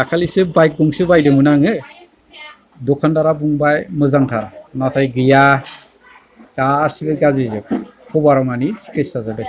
दाखालिसो बायक गंसे बायदोंमोन आङो दखानदारा बुंबाय मोजांथार नाथाय गैया गासिबो गाज्रिजोब कबार मानि स्क्रेस जाजोबबायसो